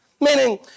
Meaning